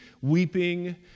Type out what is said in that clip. weeping